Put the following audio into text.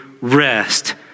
rest